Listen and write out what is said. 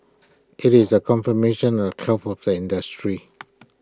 IT is A confirmation of health of the industry